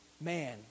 man